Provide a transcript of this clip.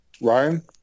Ryan